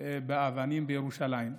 באבנים בירושלים.